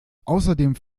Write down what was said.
außerdem